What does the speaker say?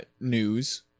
news